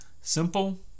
Simple